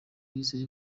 yizeye